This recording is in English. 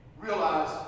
realize